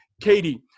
Katie